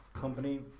company